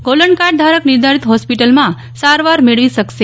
golden card ધારક નિર્ધારિત હોસ્પિટલમાં સારવાર મેળવી શકશે